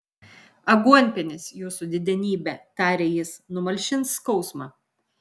aguonpienis jūsų didenybe tarė jis numalšins skausmą